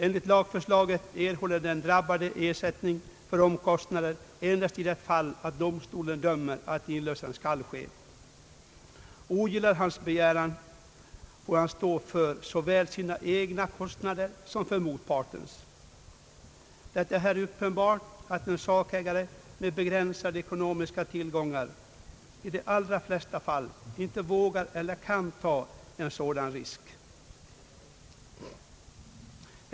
Enligt lagförslaget erhåller den drabbade ersättning för omkostnader endast i de fall domstolen dömer att inlösen skall ske. Ogillas hans begäran får han stå för såväl sina egna som motpartens kostnader. Det är här uppenbart att en sakägare med begränsade ekonomiska tillgångar i de allra flesta fall inte vågar eller kan ta en sådan risk.